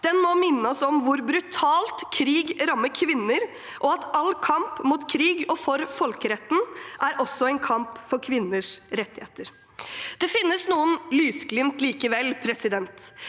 mars må minne oss om hvor brutalt krig rammer kvinner, og at all kamp mot krig og for folkeretten også er en kamp for kvinners rettigheter. Det finnes likevel noen